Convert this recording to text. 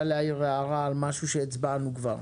להעיר הערה על משהו שכבר הצבענו עליו.